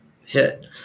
hit